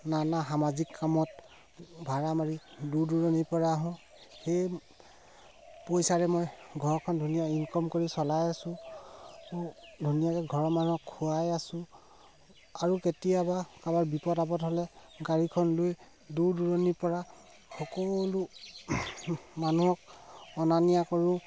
নানা সামাজিক কামত ভাড়া মাৰি দূৰ দূৰণিৰপৰা আহোঁ সেই পইচাৰে মই ঘৰখন ধুনীয়া ইনকম কৰি চলাই আছো ধুনীয়াকৈ ঘৰৰ মানুহক খোৱাই আছো আৰু কেতিয়াবা কাৰোবাৰ বিপদ আপদ হ'লে গাড়ীখন লৈ দূৰ দূৰণিৰপৰা সকলো মানুহক অনা নিয়া কৰোঁ